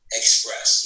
express